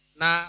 na